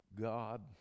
God